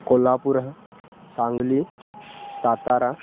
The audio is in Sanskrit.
कोल्लापुरः साङ्गलि सातारा